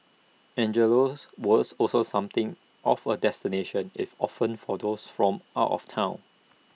Angelo's was also something of A destination if often for those from out of Town